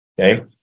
Okay